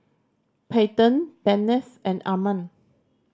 Payton Bennett and Arman